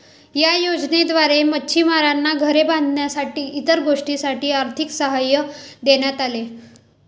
या योजनेद्वारे मच्छिमारांना घरे बांधण्यासाठी इतर गोष्टींसाठी आर्थिक सहाय्य देण्यात आले